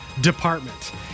department